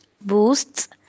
boosts